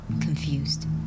confused